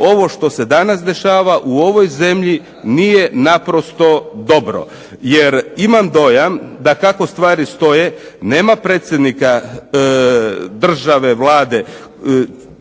Ovo što se danas dešava u ovoj zemlji nije naprosto dobro jer imam dojam da kako stvari stoje, nema predsjednika države, Vlade,